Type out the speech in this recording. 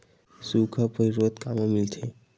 सुखा प्रतिरोध कामा मिलथे?